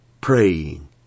praying